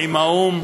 עם האו"ם